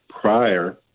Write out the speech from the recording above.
prior